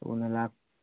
ꯊꯨꯅ